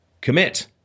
Commit